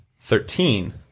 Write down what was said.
Thirteen